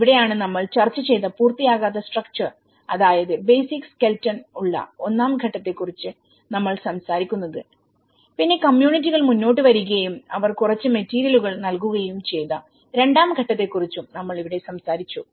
ഇവിടെയാണ്നമ്മൾ ചർച്ച ചെയ്ത പൂർത്തിയാകാത്ത സ്ട്രക്ച്ചർ അതായത് ബേസിക് സ്കെൽട്ടൺ ഉള്ള ഒന്നാം ഘട്ടത്തെ കുറിച്ച് നമ്മൾ സംസാരിക്കുന്നത്പിന്നെ കമ്മ്യൂണിറ്റികൾ മുന്നോട്ട് വരികയും അവർ കുറച്ച് മെറ്റീരിയലുകൾനൽകുകയും ചെയ്ത രണ്ടാം ഘട്ടത്തെ കുറിച്ചും നമ്മൾ ഇവിടെ സംസാരിച്ചു